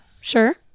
Sure